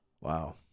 Wow